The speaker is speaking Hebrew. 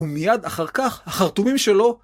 ומיד אחר כך, החרטומים שלו...